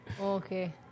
okay